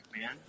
man